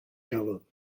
galw